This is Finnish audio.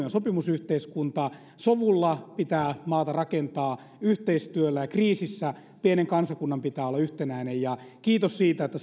on sopimusyhteiskunta sovulla pitää maata rakentaa yhteistyöllä ja kriisissä pienen kansakunnan pitää olla yhtenäinen kiitos siitä että